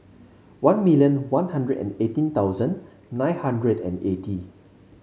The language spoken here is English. one million One Hundred and eighteen thousand nine hundred and eighty